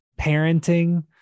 parenting